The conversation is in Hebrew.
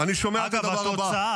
אני שומע את הדבר הבא.